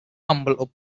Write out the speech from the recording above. humble